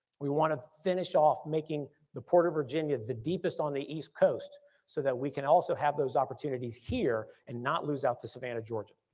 we want to finish off making the port of virginia, the deepest on the east coast so that we can also have those opportunities here and not lose out to savannah georgia.